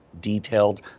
detailed